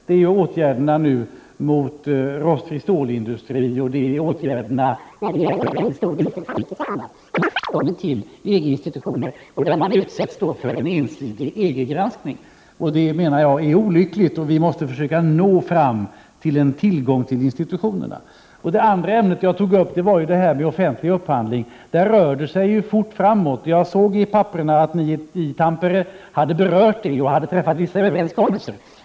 Just nu riktas åtgärderna mot rostfri stålindustri och en stor dieselfabrik i Sverige och annat där man saknar tillgång till EG-institutioner och i stället utsätts för en ensidig EG granskning. Jag menar att detta är olyckligt och att vi måste försöka nå fram till en tillgång till institutionerna. Det andra ämnet jag tog upp var offentlig upphandling. På den punkten rör sig utvecklingen fort framåt. Jag såg i papperna att ni i Tampere hade berört denna fråga och hade träffat vissa överenskommelser.